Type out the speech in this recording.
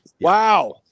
Wow